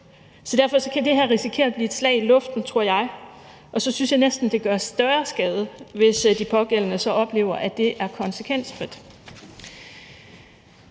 Så derfor kan det her risikere at blive et slag i luften, tror jeg, og så synes jeg næsten, det gør større skade, hvis de pågældende så oplever, at det er konsekvensfrit.